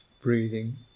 breathing